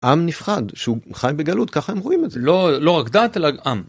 עם נפחד שהוא חי בגלות ככה הם רואים את זה לא לא רק דת אלא עם.